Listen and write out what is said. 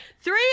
three